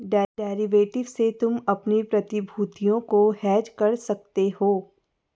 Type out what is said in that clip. derivative से तुम अपनी प्रतिभूतियों को हेज कर सकते हो